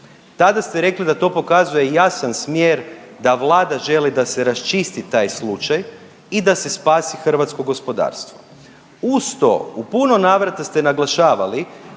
Tada ste rekli da to pokazuje jasan smjer da Vlada želi da se raščisti taj slučaj i da se spasi hrvatsko gospodarstvo. Uz to u puno navrata ste naglašavali